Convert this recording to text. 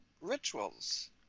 rituals